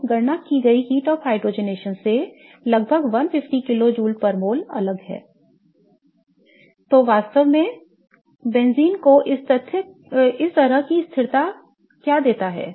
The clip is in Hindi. जो गणना की गई heat of hydrogenation से लगभग 150 किलो जूल प्रति मोल अलग है I तो वास्तव में बेंजीन को इस तरह की स्थिरता क्या देता है